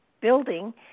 building